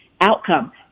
outcome